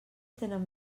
tenen